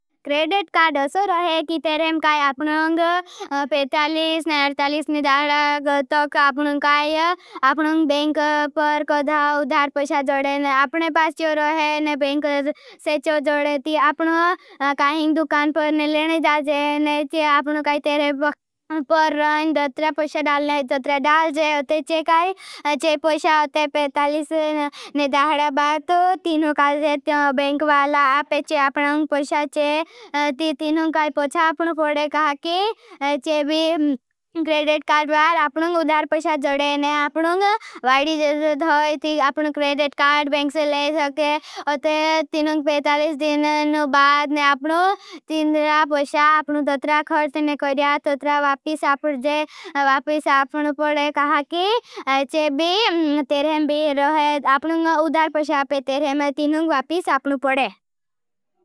Credit card असोर है। कि तेरें काई आपनोंग पे तालिस ने अर्थालिस ने दाहड़ा गतक आपनोंग काई। आपनोंग बेंक पर कद्धा उधार पशा। जोड़े ने आपने पास चीवर रहे। ने बेंक सेचो जोड़े ती आपनोंग काई हिंग दुकान पर ने लेने दाजे ने ती। आपनोंग काई तेरें पर ने दत्रे पशा डाल ने दत्रे डाल जे अते चे काई चे पशा। अते पे तालिस ने दाहड़ा बात तीनोंग काई जे। ती आपनोंग बेंक वाला अपे चे आपनोंग पशा। चे ती तीनोंग काई पशा आपनोंग पढ़े कहा। कि च चे भी तेरें भी रहे आपनोंग उदार पशा। पे तेरें तीनोंग वापिस आपनोंग पढ़े।